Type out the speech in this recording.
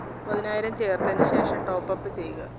മുപ്പതിനായിരം ചേർത്തതിന് ശേഷം ടോപ്പ് ആപ് ചെയ്യുക